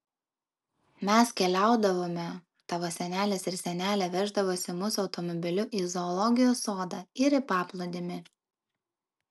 mes keliaudavome tavo senelis ir senelė veždavosi mus automobiliu į zoologijos sodą ir į paplūdimį